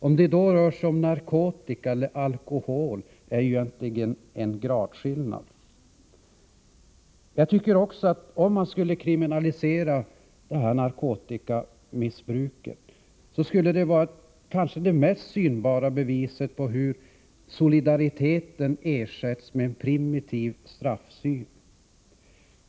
Om det då rör sig om narkotika eller alkohol är egentligen en gradskillnad. Om man skulle kriminalisera narkotikamissbruket skulle det kanske vara det mest synbara beviset för hur solidariteten ersätts med primitiv straffsyn.